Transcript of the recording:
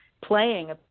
playing